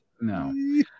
No